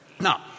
Now